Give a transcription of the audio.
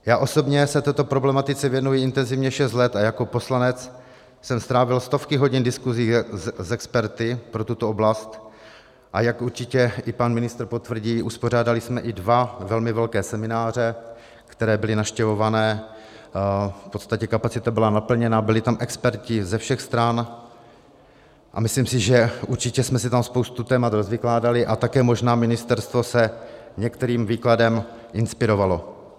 Já osobně se této problematice věnuje intenzivně šest let a jako poslanec jsem strávil stovky hodin diskusí s experty pro tuto oblast, a jak určitě i pan ministr potvrdí, uspořádali jsme i dva velmi velké semináře, které byly navštěvované, v podstatě kapacita byla naplněna, byli tam experti ze všech stran a myslím si, že určitě jsme si tam spoustu témat rozvykládali a také možná ministerstvo se některým výkladem inspirovalo.